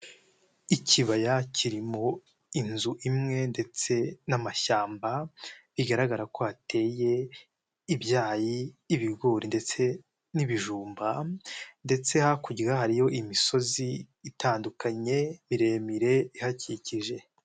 Ikibaya kiririmo inzu imwe ndetse n'amashyamba bigaragara ko hateye ibyayi, ibigori ndetse n'ibijumba; ndetse hakurya hari yo imisozi itandukanye miremire ihakikije.